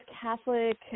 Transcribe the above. Catholic